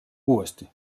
uuesti